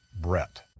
Brett